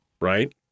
right